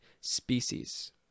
species